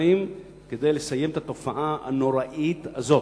קונבנציונליים כדי לסיים את התופעה הנוראית הזאת.